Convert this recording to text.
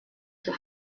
zur